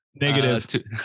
Negative